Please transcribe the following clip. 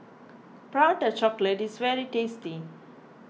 Prata Chocolate is very tasty